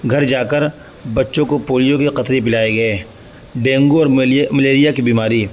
گھر جا کر بچوں کو پولیو کے قطرے پلائے گئے ڈینگو اور ملیریا کی بیماری